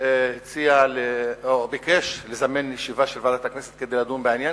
הציע או ביקש לזמן ישיבה של ועדת הכנסת כדי לדון בעניין,